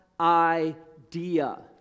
idea